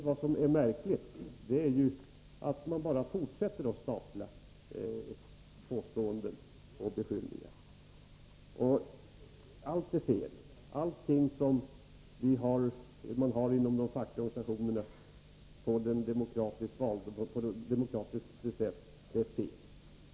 Vad som är märkligt är ju att moderaterna bara fortsätter att stapla påståenden och beskyllningar — allting som man inom de fackliga organisationerna på demokratiskt sätt har kommit fram till är fel.